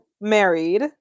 married